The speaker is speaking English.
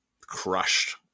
crushed